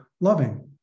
loving